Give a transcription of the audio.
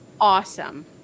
Awesome